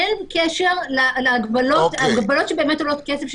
אין הקשר להגבלות שבאמת עולות כסף,